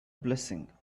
blessing